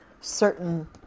certain